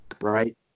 Right